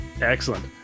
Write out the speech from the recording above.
Excellent